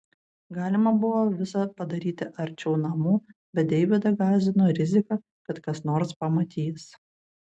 galima buvo visa padaryti arčiau namų bet deividą gąsdino rizika kad kas nors pamatys